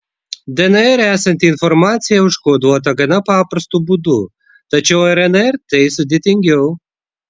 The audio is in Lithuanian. dnr esanti informacija užkoduota gana paprastu būdu tačiau rnr tai sudėtingiau